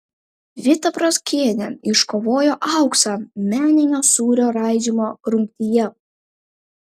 vita brūzgienė iškovojo auksą meninio sūrio raižymo rungtyje